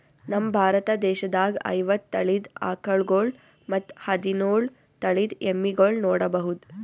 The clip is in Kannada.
ನಮ್ ಭಾರತ ದೇಶದಾಗ್ ಐವತ್ತ್ ತಳಿದ್ ಆಕಳ್ಗೊಳ್ ಮತ್ತ್ ಹದಿನೋಳ್ ತಳಿದ್ ಎಮ್ಮಿಗೊಳ್ ನೋಡಬಹುದ್